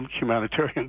humanitarian